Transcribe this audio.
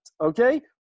okay